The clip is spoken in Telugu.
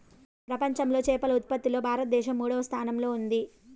ప్రపంచంలో చేపల ఉత్పత్తిలో భారతదేశం మూడవ స్థానంలో ఉంది